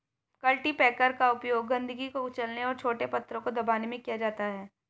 cultipacker का उपयोग गंदगी को कुचलने और छोटे पत्थरों को दबाने में किया जाता है